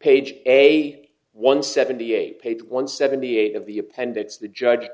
page a one seventy eight page one seventy eight of the appendix the judge to